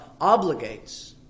obligates